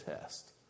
test